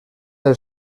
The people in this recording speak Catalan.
del